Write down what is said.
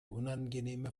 unangenehme